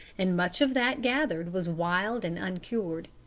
and much of that gathered was wild and uncured.